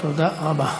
תודה רבה.